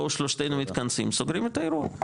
בוא שלושתנו מתכנסים, סוגרים את האירוע.